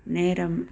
நேரம்